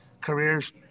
careers